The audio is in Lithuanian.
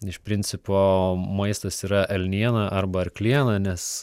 iš principo maistas yra elniena arba arkliena nes